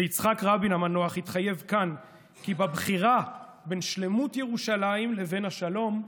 ויצחק רבין המנוח התחייב כאן כי בבחירה בין שלמות ירושלים לבין השלום,